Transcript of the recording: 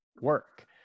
work